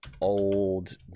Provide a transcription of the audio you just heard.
Old